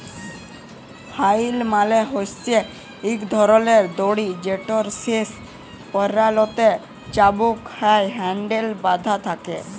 flail মালে হছে ইক ধরলের দড়ি যেটর শেষ প্যারালতে চাবুক আর হ্যাল্ডেল বাঁধা থ্যাকে